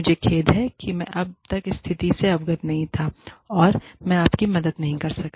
मुझे खेद है कि मैं अब तक स्थिति से अवगत नहीं था और मैं आपकी मदद नहीं कर सका